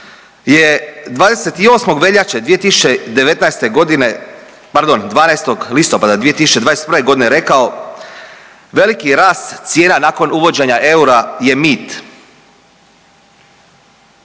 je 28. veljače 2019. godine, pardon 12. listopada 2021. godine rekao, veliki rast cijena nakon uvođenja eura je mit.